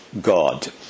God